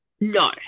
No